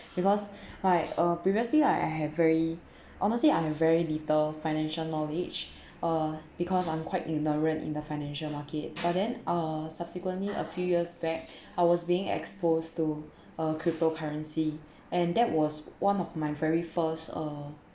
because like uh previously I have very honestly I have very little financial knowledge uh because I'm quite ignorant in the financial market but then uh subsequently a few years back I was being exposed to uh a crypto currency and that was one of my very first uh